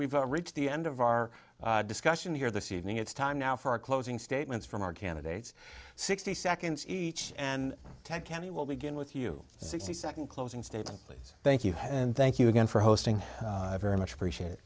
we've reached the end of our discussion here this evening it's time now for our closing statements from our candidates sixty seconds each and ted kennedy will begin with you the sixty second closing statement please thank you and thank you again for hosting very much appreciate